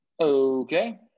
Okay